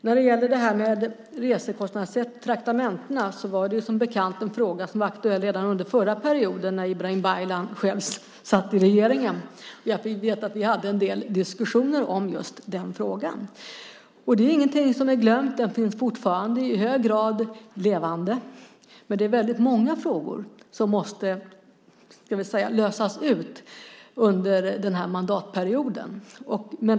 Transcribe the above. När det gäller traktamenten var det, som bekant, en fråga som var aktuell redan under förra perioden när Ibrahim Baylan själv satt i regeringen. Jag vet att vi hade en del diskussioner om just den frågan. Det är inget som är glömt. Den finns fortfarande i hög grad levande. Men det är väldigt många frågor som måste, så att säga, lösas ut under den här mandatperioden.